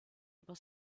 über